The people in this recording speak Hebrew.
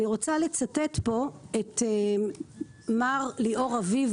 אני רוצה לצטט את מר ליאור אביב,